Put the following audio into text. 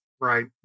Right